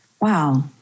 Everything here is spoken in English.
Wow